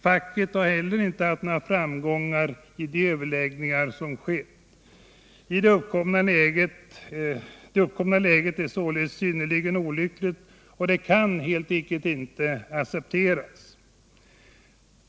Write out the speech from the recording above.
Facket har inte heller haft några framgångar i de överläggningar som förevarit. Det uppkomna läget är synnerligen olyckligt och kan helt enkelt inte accepteras.